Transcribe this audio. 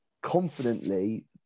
confidently